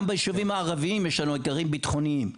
גם ביישובים הערביים יש לנו אתגרים ביטחוניים.